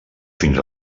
fins